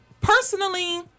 Personally